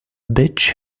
bitch